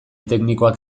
teknikoak